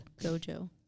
Gojo